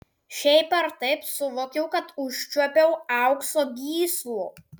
šiaip ar taip suvokiau kad užčiuopiau aukso gyslų